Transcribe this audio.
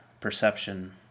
perception